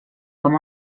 com